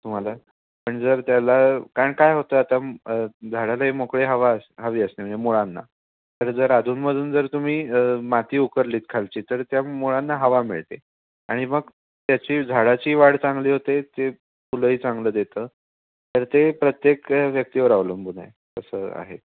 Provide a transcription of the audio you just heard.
तुम्हाला पण जर त्याला कारण काय होतं आता झाडालाही मोकळी हवा हवी असते म्हणजे मुळांना तर जर अजूनमधून जर तुम्ही माती उकरलीत खालची तर त्या मुळांना हवा मिळते आणि मग त्याची झाडाची वाढ चांगली होते ते फुलंही चांगलं देतं तर ते प्रत्येक व्यक्तीवर अवलंबून आहे कसं आहे